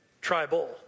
tribal